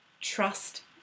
trust